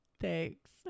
Thanks